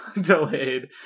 delayed